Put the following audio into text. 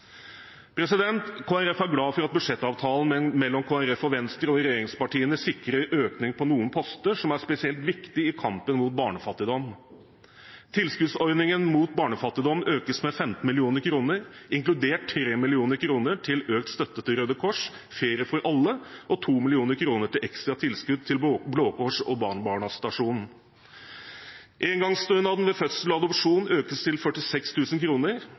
Kristelig Folkeparti er glad for at budsjettavtalen mellom Kristelig Folkeparti og Venstre og regjeringspartiene sikrer økning på noen poster som er spesielt viktig i kampen mot barnefattigdom. Tilskuddsordningen mot barnefattigdom økes med 15 mill. kr, inkludert 3 mill. kr til økt støtte til Røde Kors’ tilbud Ferie for alle og 2 mill. kr til ekstratilskudd til Blå Kors og Barnas stasjon. Engangsstønaden ved fødsel og adopsjon økes til